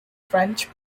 french